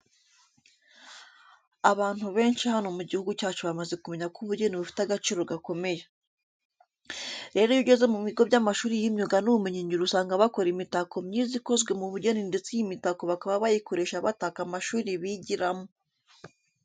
Abantu benshi hano mu gihugu cyacu bamaze kumenya ko ubugeni bufite agaciro gakomeye. Rero iyo ugeze mu bigo by'amashuri y'imyuga n'ubumenyingiro usanga bakora imitako myiza ikozwe mu bugeni ndetse iyi mitako bakaba bayikoresha bataka amashuri bigiramo.